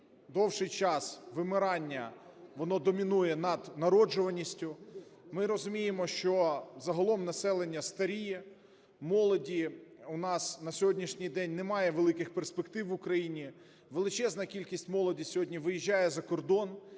довший час вимирання, воно домінує над народжуваністю. Ми розуміємо, що загалом населення старіє, у молоді у нас на сьогоднішній день немає великих перспектив в Україні. Величезна кількість молоді сьогодні виїжджає за кордон